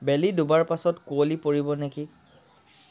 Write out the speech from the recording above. বেলি ডুবাৰ পাছত কুঁৱলী পৰিব নেকি